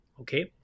okay